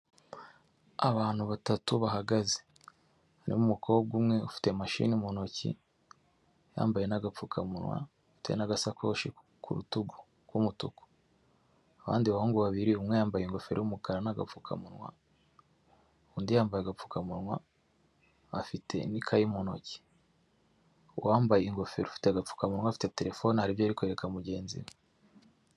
Abantu batatu bahagaze, harimo umukobwa umwe ufite mashini mu ntoki, yambaye n'agapfukamunwa, afite n'agasakoshi ku rutugu k'umutuku, abandi bahungu babiri, umwe yambaye ingofero y'umukara n'agapfukamunwa, undi yambaye agapfukamunwa, afite n'ikayi mu ntoki, uwambaye ingofero ufite agapfukamunwa afite terefone, hari ibyo ari kwereka mugenzi we.